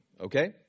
okay